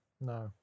No